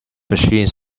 machines